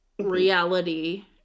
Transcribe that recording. reality